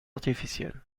artificielle